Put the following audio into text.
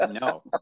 No